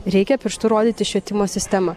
reikia pirštu rodyti į švietimo sistemą